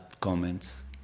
comments